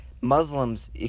Muslims